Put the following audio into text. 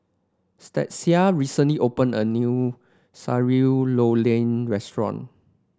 Stasia recently opened a new Sayur Lodeh Restaurant